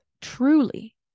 truly